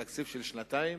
בתקציב של שנתיים?